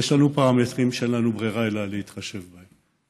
יש לנו פרמטרים שאין לנו ברירה אלא להתחשב בהם.